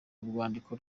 rwandiko